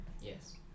Yes